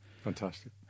Fantastic